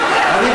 84, אין, הלו,